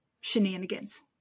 shenanigans